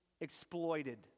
exploited